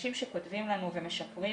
אנשים שכותבים לנו שכתבנו